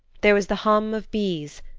there was the hum of bees,